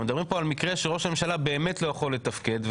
מדברים פה על מקרה שראש הממשלה באמת לא יכול לתפקד,